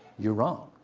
you're wrong!